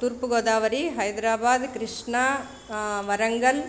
Turpu Godavari Hyderabad Krishna Warangal